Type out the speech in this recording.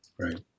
Right